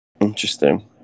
Interesting